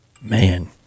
Man